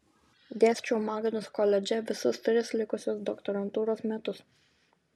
dėsčiau magnus koledže visus tris likusius doktorantūros metus